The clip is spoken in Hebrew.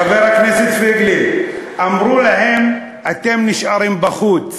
חבר הכנסת פייגלין, אמרו להם: אתם נשארים בחוץ,